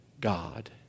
God